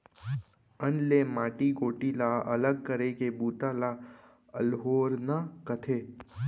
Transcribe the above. अन्न ले माटी गोटी ला अलग करे के बूता ल अल्होरना कथें